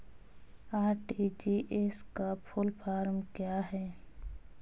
RTGS का full form क्या है?